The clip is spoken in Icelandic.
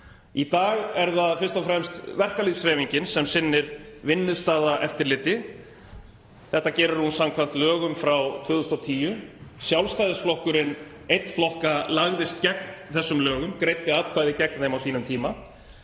Í dag er það fyrst og fremst verkalýðshreyfingin sem sinnir vinnustaðaeftirliti. Þetta gerir hún samkvæmt lögum frá 2010. Sjálfstæðisflokkurinn einn flokka lagðist gegn þessum lögum, greiddi atkvæði gegn þeim á sínum tíma.